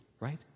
right